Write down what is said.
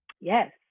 Yes